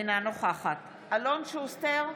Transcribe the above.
אינה נוכחת אלון שוסטר,